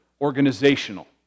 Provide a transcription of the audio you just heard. organizational